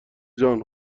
جان